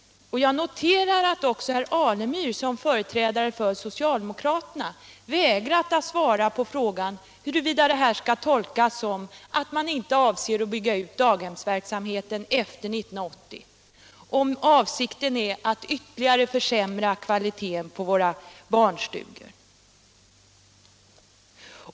Jag noterar att också herr Alemyr som företrädare för socialdemokraterna har vägrat att svara på frågan huruvida detta skall tolkas som att man inte avser att bygga ut daghemsverksamheten efter 1980, om avsikten är att ytterligare försämra kvaliteten på våra barnstugor.